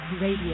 Radio